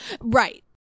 Right